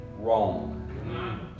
wrong